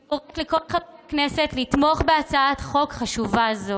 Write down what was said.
אני קוראת לכל חברי הכנסת לתמוך בהצעת חוק חשובה זו.